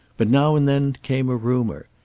but now and then came a rumor.